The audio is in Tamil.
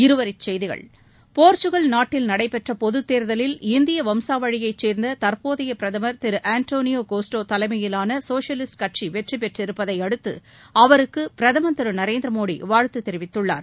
இருவரிச் செய்திகள் போர்ச்சுகல் நாட்டில் நடைபெற்ற பொதுத்தேர்தலில் இந்திய வம்சாவழியைச் சேர்ந்த தற்போதைய பிரதமர் திரு ஆண்டாளியோ கோஸ்ட்டா தலைமையிலான சோஷலிஸ்ட் கட்சி வெற்றி பெற்றிருப்பதை அடுத்து அவருக்கு பிரதமர் திரு நரேந்திர மோடி வாழ்த்து தெரிவித்துள்ளார்